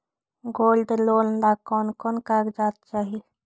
Gold loan ला कौन कौन कागजात चाही?